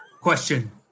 question